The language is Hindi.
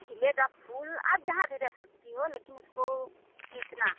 खिलेगा फूल आप जहाँ भी रख सकती हो लेकिन उसको सींचना